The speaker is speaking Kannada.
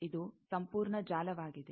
ಇದು ಸಂಪೂರ್ಣ ಜಾಲವಾಗಿದೆ